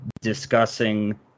discussing